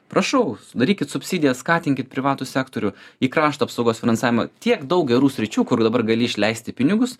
prašau darykit subsidijas skatinkit privatų sektorių į krašto apsaugos finansavimą tiek daug gerų sričių kur dabar gali išleisti pinigus